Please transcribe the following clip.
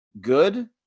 Good